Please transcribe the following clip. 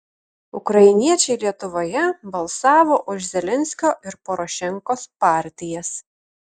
ukrainiečiai lietuvoje balsavo už zelenskio ir porošenkos partijas